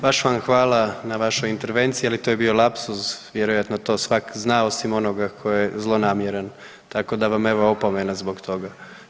Baš vam hvala na vašoj intervenciji, ali to je bio lapsus, vjerojatno to svak zna osim onoga ko je zlonamjeran, tako da vam evo opomena zbog toga.